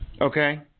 Okay